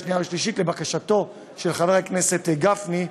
שנייה ושלישית לבקשתו של חבר הכנסת גפני,